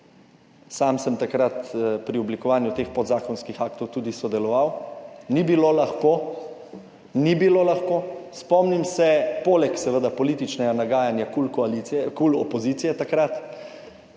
Sam sem takrat pri oblikovanju teh podzakonskih aktov tudi sodeloval; ni bilo lahko, ni bilo lahko. Spomnim se poleg seveda političnega nagajanja KUL koalicije,